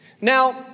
Now